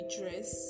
dress